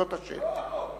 זאת השאלה.